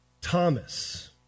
Thomas